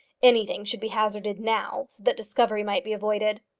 anything should be hazarded now, so that discovery might be avoided.